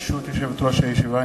ברשות יושבת-ראש הישיבה,